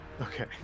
Okay